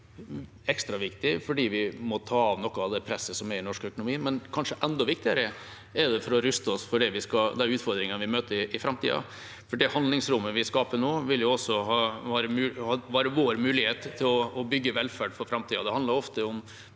ekstra viktig fordi vi må ta av noe av det presset som er i norsk økonomi. Kanskje enda viktigere er det for å ruste oss for de utfordringene vi møter i framtida, for det handlingsrommet vi skaper nå, vil også være vår mulighet til å bygge velferd for framtida. Det handler ofte om